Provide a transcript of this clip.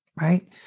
Right